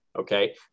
Okay